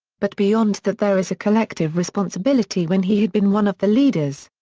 but beyond that there is a collective responsibility when he has been one of the leaders.